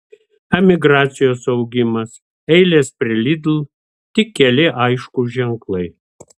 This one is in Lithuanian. emigracijos augimas eilės prie lidl tik keli aiškūs ženklai